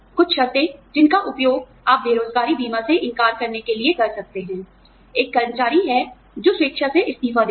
कुछ शर्तें जिनका उपयोग आप बेरोज़गारी बीमा से इनकार करने के लिए कर सकते हैं एक कर्मचारी हैं जो स्वेच्छा से इस्तीफ़ा देते हैं